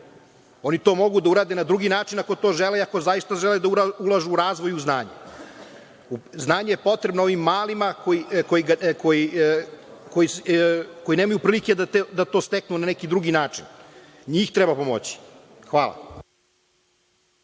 Oni to mogu da urade na drugi način, ako to žele i ako zaista žele da ulažu u razvoj i u znanje. Znanje je potrebno ovim malima, koji nemaju prilike da to steknu na neki drugi način. Njih treba pomoći. Hvala.